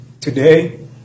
Today